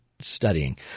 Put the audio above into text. studying